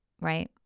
right